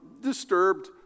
disturbed